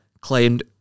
claimed